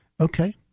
Okay